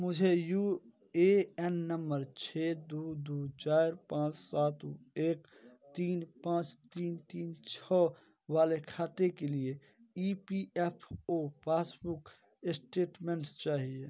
मुझे U A N नंबर छः दो दो चार पाँच सात एक तीन पाँच तीन तीन छः वाले खाते के लिए E P F O passbook statements चाहिए